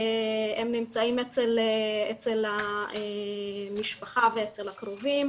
הם נמצאים אצל המשפחה ואצל הקרובים.